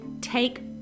take